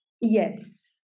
Yes